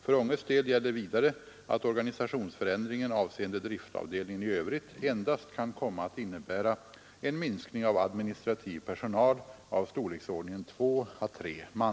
För Ånges del gäller vidare att organisationsförändringen avseende driftavdelningen i övrigt endast kan komma att innebära en minskning av administrativ personal av storleksordningen 2 å 3 man.